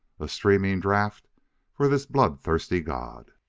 a streaming draught for this blood-thirsty god.